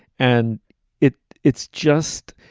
and it it's just.